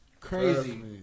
Crazy